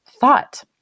thought